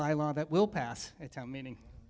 by law that will pass a town meeting